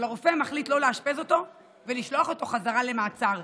אבל הרופא מחליט לא לאשפז אותו ולשלוח אותו חזרה למעצר,